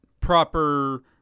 proper